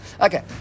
okay